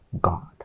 god